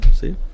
See